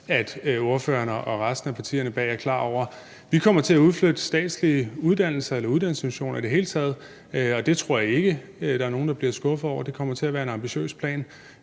at ordføreren og resten af partierne bag er klar over. Vi kommer til at udflytte statslige uddannelser og uddannelsesinstitutioner i det hele taget, og det tror jeg ikke der er nogen der bliver skuffet over. Det kommer til at være en ambitiøs plan,